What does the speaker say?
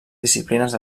disciplines